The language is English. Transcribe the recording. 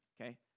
okay